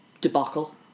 debacle